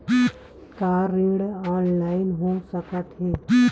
का ऋण ऑनलाइन हो सकत हे?